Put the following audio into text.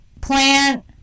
Plant